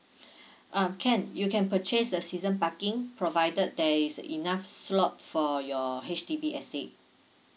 uh can you can purchase the season parking provided there is enough slot for your H_D_B estate